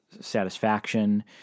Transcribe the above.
satisfaction